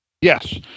Yes